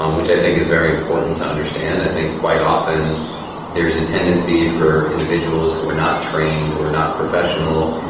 um which i think is very important to understand. i think quite often there is a tendency for individuals who are not trained, who are not professional,